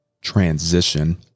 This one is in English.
transition